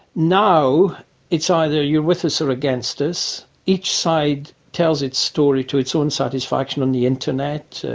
now it's either you're with us or against us. each side tells its story to its own satisfaction on the internet.